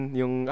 yung